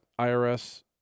IRS